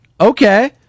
Okay